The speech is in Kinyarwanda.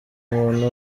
umuntu